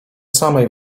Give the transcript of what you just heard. samej